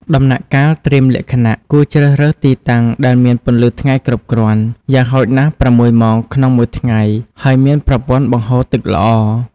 ដំណាក់កាលត្រៀមលក្ខណៈ ត្រូវជ្រើសរើសទីតាំងដែលមានពន្លឺថ្ងៃគ្រប់គ្រាន់ យ៉ាងហោចណាស់ ៦ ម៉ោងក្នុងមួយថ្ងៃ និងមានប្រព័ន្ធបង្ហូរទឹកល្អ។